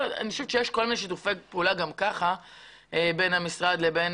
אני חושבת שיש כל מיני שיתופי פעולה גם כך בין המשרד לבין